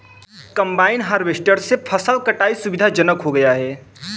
combine harvester से फसल कटाई सुविधाजनक हो गया है